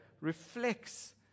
reflects